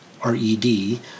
R-E-D